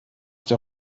der